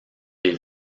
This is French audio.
les